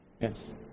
Yes